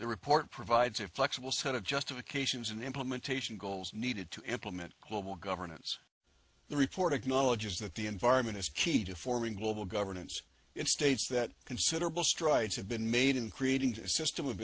the report provides a flexible set of justifications and implementation goals needed to implement global governance the report acknowledges that the environment is key to forming global governance in states that considerable strides have been made in creating